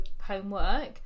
homework